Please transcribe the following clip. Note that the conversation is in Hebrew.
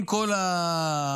עם כל,